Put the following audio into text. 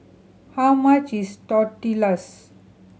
how much is Tortillas